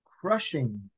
crushing